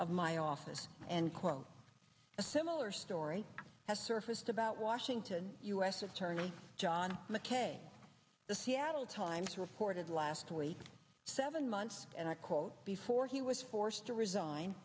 of my office and quote a similar story has surfaced about washington u s attorney john mckay the seattle times reported last week seven months and i quote before he was forced to resign